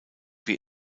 wie